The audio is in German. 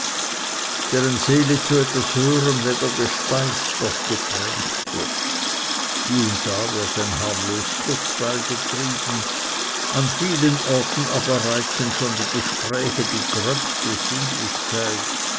deren seele zu etwas höherem weder gespeiset noch getränket wird hie und da wird ein harmlos kurzweil getrieben an vielen orten aber reizen schon die gespräche die gröbste sinnlichkeit